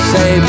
Say